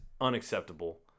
unacceptable